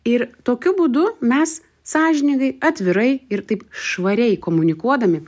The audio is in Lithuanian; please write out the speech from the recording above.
ir tokiu būdu mes sąžiningai atvirai ir taip švariai komunikuodami